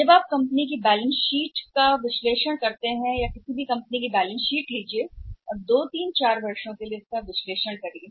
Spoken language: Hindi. जब आप की बैलेंस शीट का विश्लेषण करते हैं कंपनी किसी भी कंपनी की बैलेंस शीट उठाती है और पिछले 2 3 4 वर्षों के लिए उसका विश्लेषण करती है